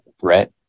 threat